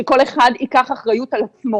שכל אחד ייקח אחריות על עצמו